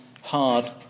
hard